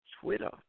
Twitter